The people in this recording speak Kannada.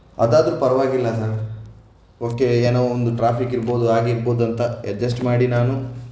ಅದಾದರೂ ಪರವಾಗಿಲ್ಲ ಸರ್ ಓಕೆ ಏನೋ ಒಂದು ಟ್ರಾಫಿಕ್ ಇರಬಹುದು ಆಗಿರಬಹುದು ಅಂತ ಅಡ್ಜಸ್ಟ್ ಮಾಡಿ ನಾನು